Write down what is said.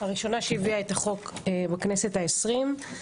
הראשונה שהביאה את החוק בכנסת ה-20.